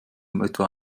etwa